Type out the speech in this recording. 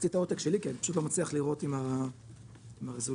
אז טיפה בהיבט